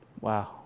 Wow